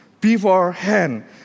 beforehand